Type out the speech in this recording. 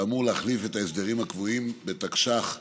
שאמור להחליף את ההסדרים הקבועים בתקש"ח,